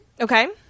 Okay